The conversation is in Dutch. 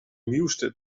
nieuwste